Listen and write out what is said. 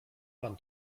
pan